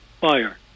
fire